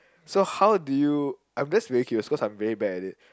so how did you I'm just very curious cause I'm very bad at it